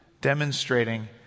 demonstrating